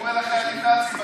שקורא לחיילים נאצים,